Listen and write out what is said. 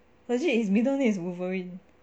legit his name middle is wolverine